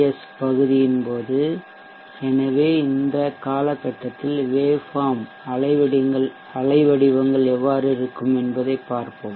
S பகுதியின் போது எனவே இந்த காலகட்டத்தில் வேவ்ஃபார்ம் அலைவடிவங்கள் எவ்வாறு இருக்கும் என்பதைப் பார்ப்போம்